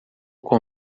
com